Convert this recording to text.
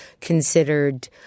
considered